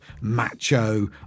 macho